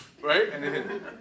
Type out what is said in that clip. right